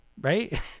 Right